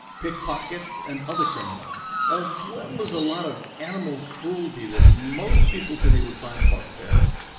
pickpockets and other criminals, as as well as a lot of animal cruelty that most people today would find barbaric,